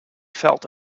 felt